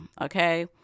Okay